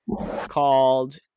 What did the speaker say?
called